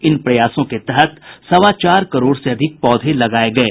इन प्रयासों के तहत सवा चार करोड़ से अधिक पौधे भी लगाए गये